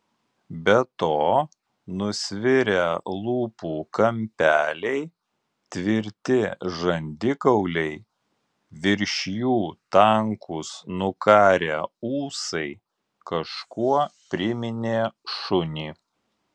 be to nusvirę lūpų kampeliai tvirti žandikauliai virš jų tankūs nukarę ūsai kažkuo priminė šunį